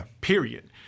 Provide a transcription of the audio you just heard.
period